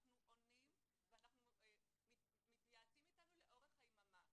אנחנו עונים ומתייעצים איתנו לאורך היממה.